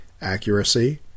Accuracy